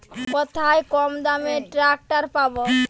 কোথায় কমদামে ট্রাকটার পাব?